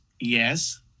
yes